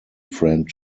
friend